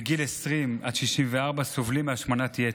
מגיל 20 עד 64, סובלים מהשמנת שיתר.